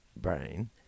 brain